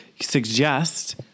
suggest